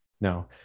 No